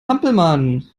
hampelmann